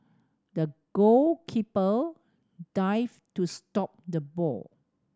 the goalkeeper dived to stop the ball